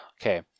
Okay